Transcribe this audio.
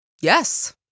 Yes